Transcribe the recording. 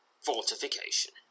Fortification